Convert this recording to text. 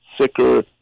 sicker